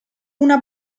una